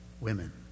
Women